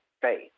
faith